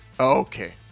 Okay